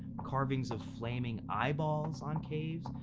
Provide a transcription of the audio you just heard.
carvings of flaming eyeballs on caves,